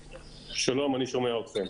שלום, אני שומע אתכם.